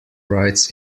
rights